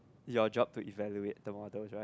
your job to evaluate the models right